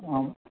आम्